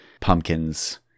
pumpkins